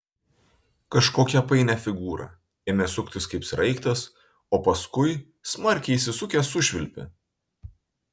kažkokią painią figūrą ėmė suktis kaip sraigtas o paskui smarkiai įsisukęs sušvilpė